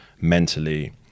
mentally